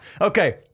Okay